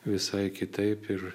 visai kitaip ir